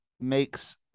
makes